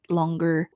longer